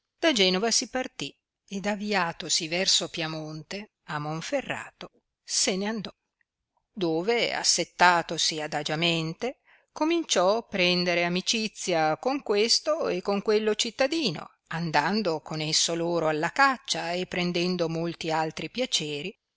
da genova si partì ed aviatosi verso piamonte a monferrato se ne andò dove assettatosi adagiamente cominciò prendere amicizia con questo e con quello cittadino andando con esso loro alla caccia e prendendo molti altri piaceri